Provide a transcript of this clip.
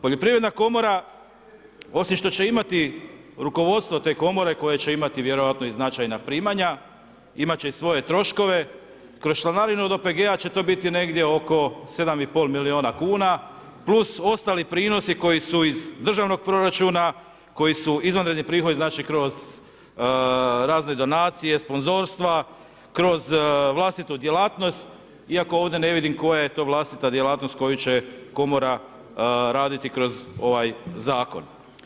Poljoprivredna komora osim što se će imati rukovodstvo te komore koja će imati vjerojatno i značajna primanja, imat će i svoj troškove, kroz članarinu od OPG-a će to biti negdje oko 7,5 milijuna kuna plus ostali prinosi koji su iz državnog proračuna, koji su izvanredni prihodi znači kroz razne donacije, sponzorstva, kroz vlastitu djelatnost iako ovdje ne vidim koja je to vlastita djelatnost koju će komora raditi kroz ovaj zakon.